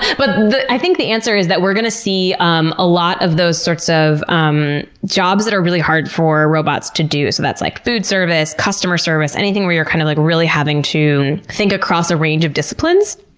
but i think the answer is that we're going see um a lot of those sorts of um jobs that are really hard for robots to do. so that's like food service, customer service, anything where you're, kind of like, really having to think across a range of disciplines,